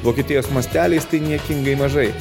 vokietijos masteliais tai niekingai mažai